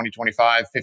2025